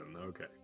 okay